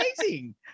amazing